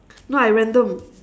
no I random